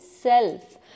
self